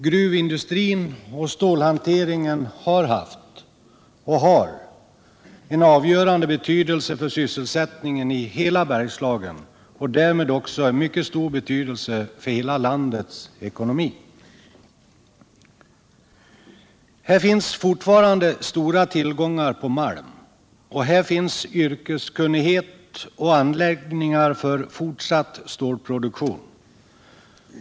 Gruvindustrin och stålhanteringen har haft — och har — en avgörande betydelse för sysselsättningen i hela Bergslagen och därmed också en mycket stor betydelse för hela landets ekonomi. Här finns fortfarande stora tillgångar på malm, och här finns yrkeskunnighet och anläggningar för fortsatt stålproduktion.